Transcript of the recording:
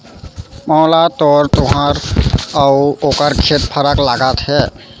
मोला तो तुंहर अउ ओकर खेत फरक लागत हे